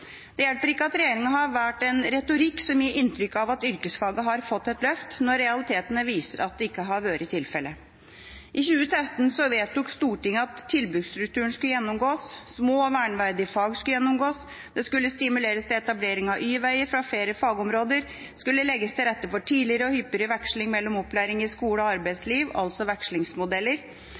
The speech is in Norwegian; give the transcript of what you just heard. Det hjelper ikke at regjeringa har valgt en retorikk som gir inntrykk av at yrkesfagene har fått et løft, når realitetene viser at det ikke har vært tilfellet. I 2013 vedtok Stortinget at tilbudsstrukturen skulle gjennomgås små- og verneverdige fag skulle gjennomgås det skulle stimuleres til etablering av y-veier fra flere fagområder det skulle legges til rette for tidligere og hyppigere veksling mellom opplæring i skole og arbeidsliv, altså vekslingsmodeller